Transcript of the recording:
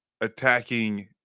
attacking